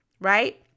right